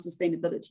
sustainability